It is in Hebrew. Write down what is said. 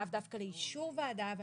לאו דווקא לאישור ועדה, אבל